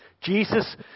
Jesus